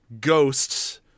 Ghosts